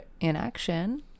inaction